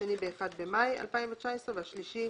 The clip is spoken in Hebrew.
השני ב-1 במאי 2019 והשלישי